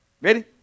Ready